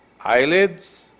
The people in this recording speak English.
eyelids